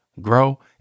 grow